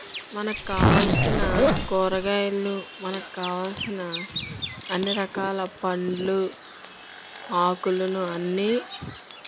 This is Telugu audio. మనకు కావాల్సిన కూరగాయలు మనకు కావాల్సిన అన్ని రకాల పండ్లు ఆకులను అన్నీ